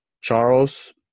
Charles